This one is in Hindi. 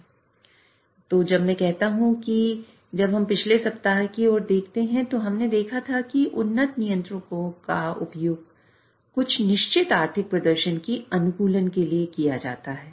इसलिए जब मैं कहता हूं कि जब हम पिछले सप्ताह की ओर देखते हैं तो हमने देखा था कि उन्नत नियंत्रकों का उपयोग कुछ निश्चित आर्थिक प्रदर्शन की अनुकूलन के लिए किया जाता है